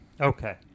Okay